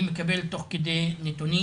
אני מקבל תוך כדי נתונים